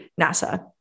NASA